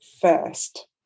first